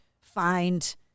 find